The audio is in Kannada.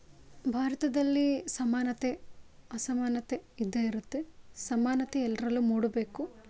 ಭಾರತದಲ್ಲಿ ಸಮಾನತೆ ಅಸಮಾನತೆ ಇದ್ದೇ ಇರುತ್ತೆ ಸಮಾನತೆ ಎಲ್ಲರಲ್ಲೂ ಮೂಡಬೇಕು